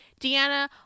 Deanna